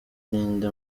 ninde